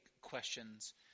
questions